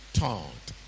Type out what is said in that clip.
taught